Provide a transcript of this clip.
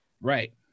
Right